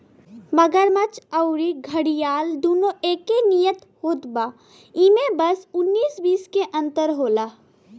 मगरमच्छ अउरी घड़ियाल दूनो एके नियर होत बा इमे बस उन्नीस बीस के अंतर होला